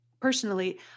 Personally